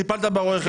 טיפלת ברואי החשבון.